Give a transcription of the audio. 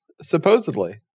Supposedly